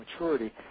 maturity